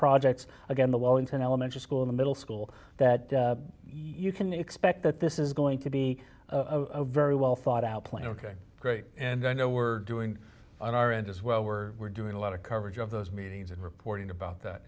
projects again the wellington elementary school the middle school that you can expect that this is going to be a very well thought out plan ok great and i know we're doing on our end as well we're we're doing a lot of coverage of those meetings and reporting about that